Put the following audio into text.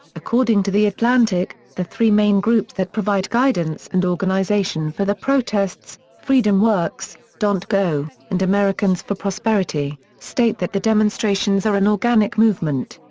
according to the atlantic, the three main groups that provide guidance and organization for the protests, freedomworks, dontgo, and americans for prosperity, state that the demonstrations are an organic movement.